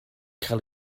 cael